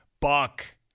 Buck